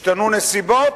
השתנו נסיבות,